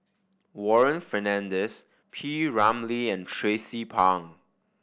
Warren Fernandez P Ramlee and Tracie Pang